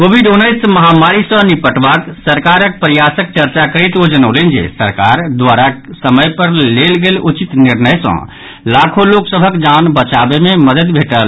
Covid उन्नैस महामारी सँ निपटबाक सरकारक प्रयासक चर्चा करैत ओ जनौलनि जे सरकार द्वारा समय पर लेल गेल उचित निर्णय सँ लाखो लोक सभक जान बचाबय मे मददि भेटल